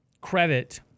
credit